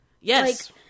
Yes